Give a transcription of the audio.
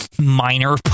minor